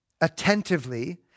attentively